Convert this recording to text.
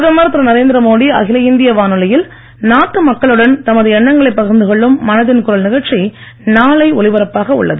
பிரதமர் திரு நரேந்திரமோடி அகில இந்திய வானொலியில் நாட்டு மக்களுடன் தமது எண்ணங்களை பகிர்ந்துகொள்ளும் மனதின் குரல் நிகழ்ச்சி நாளை ஒலிபரப்பாக உள்ளது